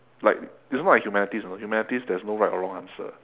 like it's not like humanities you know humanities there's no right or wrong answer